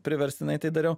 priverstinai tai dariau